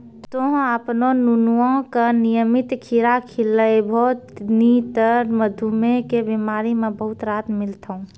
तोहॅ आपनो नुनुआ का नियमित खीरा खिलैभो नी त मधुमेह के बिमारी म बहुत राहत मिलथौं